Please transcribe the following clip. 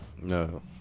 No